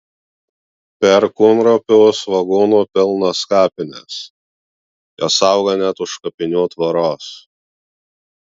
perkūnropių svogūnų pilnos kapinės jos auga net už kapinių tvoros